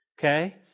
Okay